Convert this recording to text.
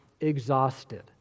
exhausted